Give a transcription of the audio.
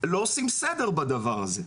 לא עושים סדר בדבר הזה.